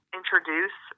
introduce